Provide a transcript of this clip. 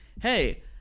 hey